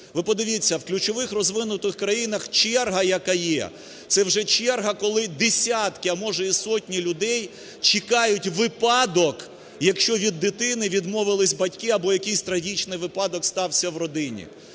Ви подивіться, в ключових розвинутих країнах черга яка є, це вже черга, коли десятки, а може і сотні людей, чекають випадок, якщо від дитини відмовилися батьки або якийсь трагічний випадок стався в родині.